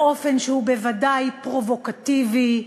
באופן שהוא בוודאי פרובוקטיבי,